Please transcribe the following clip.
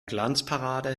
glanzparade